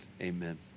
amen